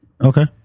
Okay